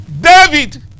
David